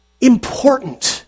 important